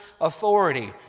authority